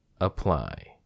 apply